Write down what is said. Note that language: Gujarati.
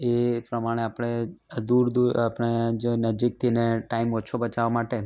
એ પ્રમાણે આપણે દૂર દૂર આપણે જો નજીકથી ને ટાઈમ ઓછો બચાવવા માટે